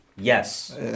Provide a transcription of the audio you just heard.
Yes